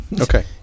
Okay